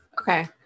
Okay